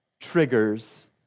triggers